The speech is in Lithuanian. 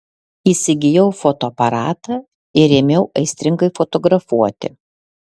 įsigijau fotoaparatą ir ėmiau aistringai fotografuoti